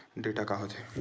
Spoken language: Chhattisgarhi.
डेटा का होथे?